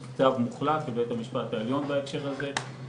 יש צו מוחלט מבית המשפט העליון בהקשר הזה,